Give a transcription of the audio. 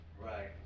Right